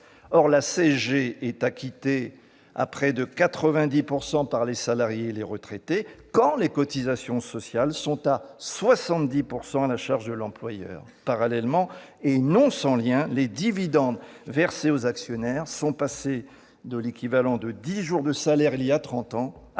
Or la CSG est acquittée à près de 90 % par les salariés et les retraités quand les cotisations sociales sont à 70 % à la charge de l'employeur. Parallèlement, et non sans lien, les dividendes versés aux actionnaires sont passés de l'équivalent de dix jours de salaire voilà trente ans à